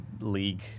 league